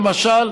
למשל,